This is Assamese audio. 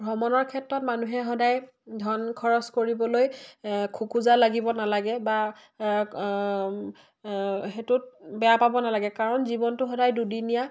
ভ্ৰমণৰ ক্ষেত্ৰত মানুহে সদায় ধন খৰচ কৰিবলৈ খুকোজা লাগিব নালাগে বা সেইটোত বেয়া পাব নালাগে কাৰণ জীৱনটো সদায় দুদিনীয়া